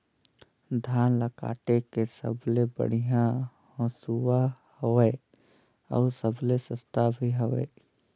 धान ल काटे के सबले बढ़िया हंसुवा हवये? अउ सबले सस्ता भी हवे?